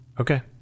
Okay